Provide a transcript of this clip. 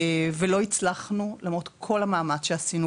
לא הצלחנו למרות כל המאמץ שעשינו.